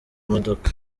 modoka